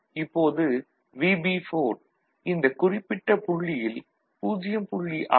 இப்போது VB4 இந்த குறிப்பிட்ட புள்ளியில் 0